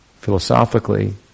philosophically